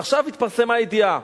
ועכשיו התפרסמה ידיעה,